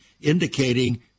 indicating